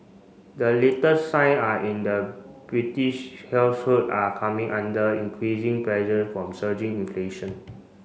the latest sign are in the British household are coming under increasing pressure from surging inflation